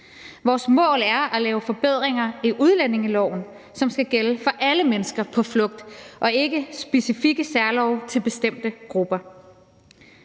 Vores mål er at lave forbedringer i udlændingeloven, som skal gælde for alle mennesker på flugt, og ikke specifikke særlove for bestemte grupper.